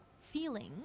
feeling